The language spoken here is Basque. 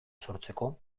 sortzeko